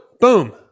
boom